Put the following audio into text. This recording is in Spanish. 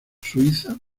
suiza